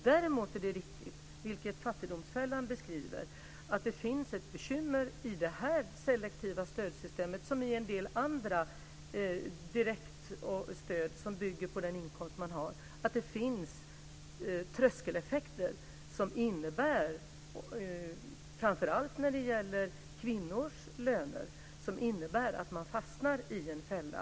Däremot är det riktigt, vilket Fattigdomsfällan beskriver, att det finns ett bekymmer i det här selektiva stödsystemet liksom i en del andra direktstöd som bygger på den inkomst man har, och det är att det finns tröskeleffekter, framför allt när det gäller kvinnors löner, som innebär att man fastnar i en fälla.